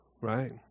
right